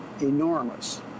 enormous